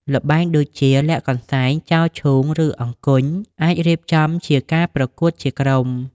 ល្បែងដូចជា លាក់កន្សែង ចោលឈូង ឬ អង្គញ់ អាចរៀបចំជាការប្រកួតជាក្រុម។